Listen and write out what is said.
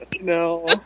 no